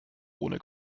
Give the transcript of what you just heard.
ohne